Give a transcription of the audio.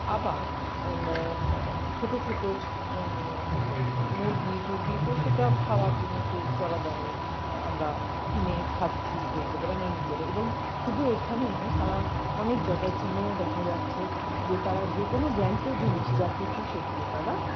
আবার ছোট ছোট মুরগি টুরগি তো সেটা খাওয়ার জন্য তো চড়া দামে আমরা কিনে খাচ্ছি বলতে পারি আমরা নিজেরা এবং শুধু এইখানে নয় সারা অনেক জায়গায় চীনেও দেখা যাচ্ছে যে তারা যেকোনো জ্যান্ত জিনিস যা কিছু সেগুলো তারা